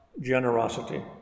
generosity